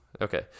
Okay